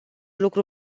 lucru